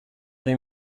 rue